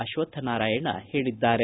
ಅಶ್ವಕ್ಷ ನಾರಾಯಣ ಹೇಳಿದ್ದಾರೆ